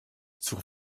zur